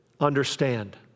Understand